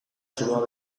zuloa